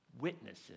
witnesses